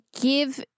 give